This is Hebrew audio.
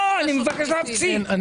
לא, אני מבקש להפסיק.